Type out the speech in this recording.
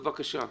בבקשה.